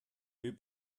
hui